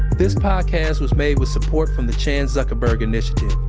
this podcast was made with support from the chan zuckerberg initiative,